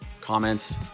comments